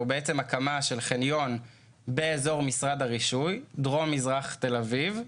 הוא הקמה של חניון באזור משרד הרישוי בדרום מזרח תל אביב,